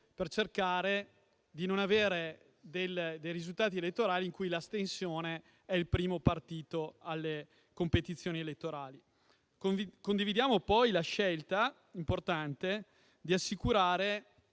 per cercare di non avere dei risultati in cui l'astensione è il primo partito nelle competizioni elettorali. Condividiamo poi la scelta importante di assicurare